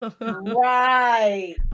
Right